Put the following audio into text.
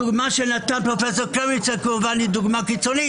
הדוגמה שנתן פרופ' קרמניצר היא קיצונית,